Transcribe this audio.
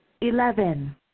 Eleven